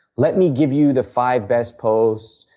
let me give you the five best posts,